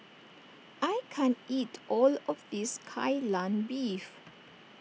I can't eat all of this Kai Lan Beef